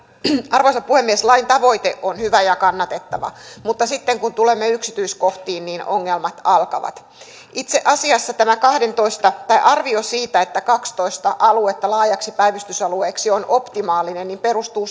arvoisa puhemies lain tavoite on hyvä ja kannatettava mutta sitten kun tulemme yksityiskohtiin niin ongelmat alkavat itse asiassa tämä arvio siitä että kaksitoista aluetta laajaksi päivystysalueeksi on optimaalinen perustuu